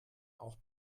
auch